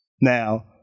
Now